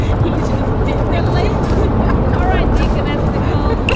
he didn't believe all right. taken as a couple